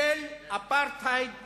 של אפרטהייד ישראלי,